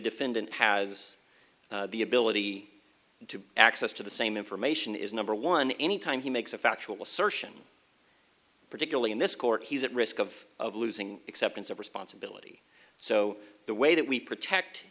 defendant has the ability to access to the same information is number one any time he makes a factual assertions particularly in this court he's at risk of of losing acceptance of responsibility so the way that we protect